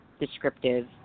descriptive